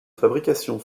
fabrication